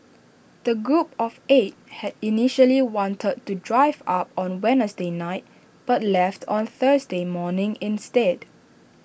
the group of eight had initially wanted to drive up on Wednesday night but left on Thursday morning instead